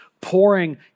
pouring